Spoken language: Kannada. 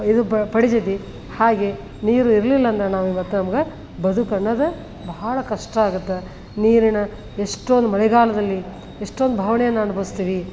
ಇದು ಪಡಿತೈತಿ ಹಾಗೆ ನೀರು ಇರ್ಲಿಲ್ಲಂದ್ರೆ ನಾವು ಇವತ್ತು ನಮ್ಗೆ ಬದುಕು ಅನ್ನೋದು ಬಹಳ ಕಷ್ಟ ಆಗುತ್ತೆ ನೀರಿನ ಎಷ್ಟೊಂದು ಮಳೆಗಾಲದಲ್ಲಿ ಎಷ್ಟೊಂದು ಬವಣೇನ ಅನುಭವಿಸ್ತೀವಿ